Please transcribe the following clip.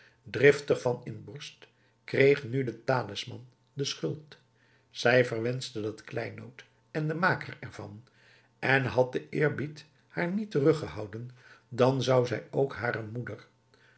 driftig van inborst kreeg nu de talisman de schuld zij verwenschte dat kleinood en de maker er van en had de eerbied haar niet teruggehouden dan zou zij ook hare moeder